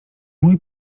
mój